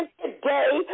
today